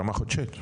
ברמה החודשית.